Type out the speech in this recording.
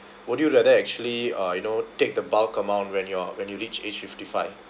would you rather actually uh you know take the bulk amount when you're when you reach age fifty-five